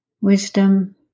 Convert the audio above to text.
wisdom